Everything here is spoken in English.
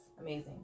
amazing